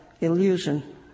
illusion